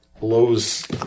blows